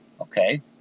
Okay